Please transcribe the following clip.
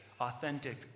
authentic